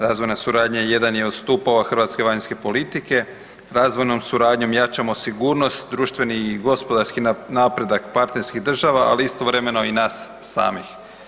Razvojna suradnja jedan je od stupova hrvatske vanjske politike, razvojnom suradnjom ... sigurnost, društveni i gospodarski napredak partnerskih država ali istovremeno i nas samih.